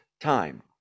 time